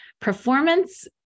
performance